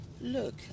look